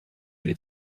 les